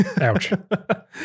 ouch